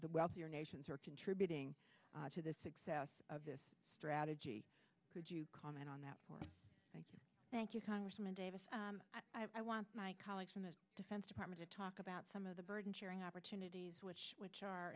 the wealthier nations are contributing to the success of this strategy could you comment on that or thank you thank you congressman davis i want my colleagues from the defense department to talk about some of the burden sharing opportunities which which are